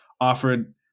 offered